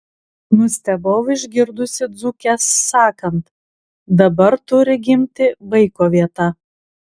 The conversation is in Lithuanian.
nustebau išgirdusi dzūkes sakant dabar turi gimti vaiko vieta